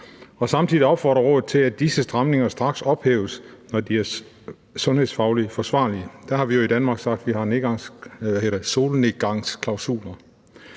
»Samtidig opfordrer rådet til, at disse stramninger straks ophæves, når det er sundhedsfagligt forsvarligt.« Der har vi jo i Danmark sagt, at vi har solnedgangsklausuler.